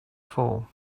form